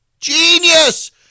genius